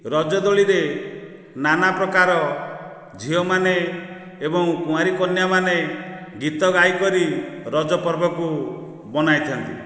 ରାଜଦୋଳିରେ ନାନା ପ୍ରକାର ଝିଅମାନେ ଏବଂ କୁଆଁରୀ କନ୍ୟାମାନେ ଗୀତ ଗାଇକରି ରଜ ପର୍ବକୁ ମନାଇଥାନ୍ତି